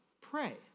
pray